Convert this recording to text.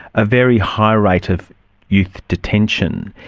a very high rate of youth detention.